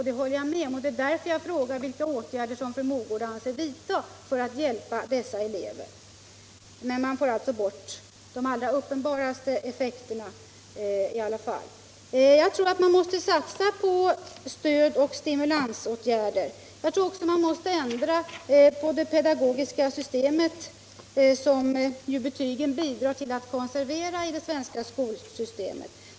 Det håller jag med om, och det är därför jag frågar vilka åtgärder man skall vidta för att hjälpa dessa elever så att man får bort de allra mest uppenbara effekterna. Jag tror att man måste satsa på stöd och stimulansåtgärder och att man måste ändra på det pedagogiska systemet, som ju betygen bidrar till att konservera.